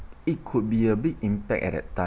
it could be a big impact at that time